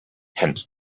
hence